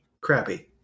crappy